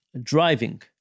Driving